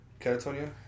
Catatonia